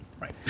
Right